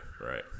right